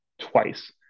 twice